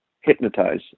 hypnotize